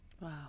Wow